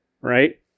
right